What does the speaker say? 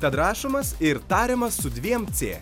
tad rašomas ir tariamas su dviem c